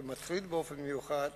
ומטריד באופן מיוחד,